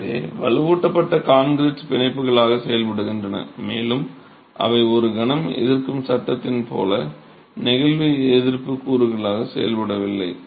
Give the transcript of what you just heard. எனவே வலுவூட்டப்பட்ட கான்கிரீட் கூறுகள் பிணைப்புகளாக செயல்படுகின்றன மேலும் அவை ஒரு கணம் எதிர்க்கும் சட்டத்தைப் போல நெகிழ்வு எதிர்ப்பு கூறுகளாக செயல்படவில்லை